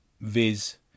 Viz